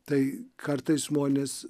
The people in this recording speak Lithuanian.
tai kartais žmonės